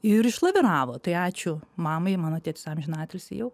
ir išlaviravo tai ačiū mamai mano tėtis amžinatilsį jau